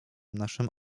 naszym